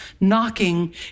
knocking